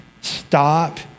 Stop